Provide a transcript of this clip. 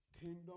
kingdom